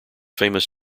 famous